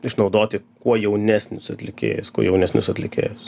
išnaudoti kuo jaunesnius atlikėjus kuo jaunesnius atlikėjus